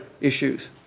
issues